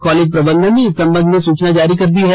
college प्रबंधन ने इस संबंध में सूचना जारी कर दी है